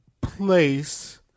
place